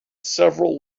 several